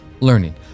learning